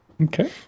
Okay